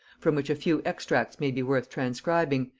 from which a few extracts may be worth transcribing,